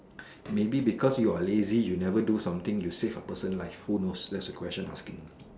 maybe because you are lazy you never do something you save a person life who knows that is a question asking